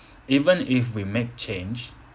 even if we make change